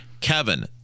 Kevin